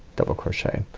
double crochet.